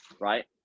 right